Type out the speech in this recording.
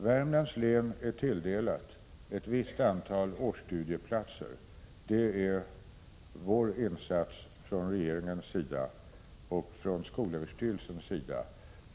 Värmlands län har tilldelats ett visst antal årsstudieplatser — det är den insats som gjorts från regeringens och skolöverstyrelsens sida.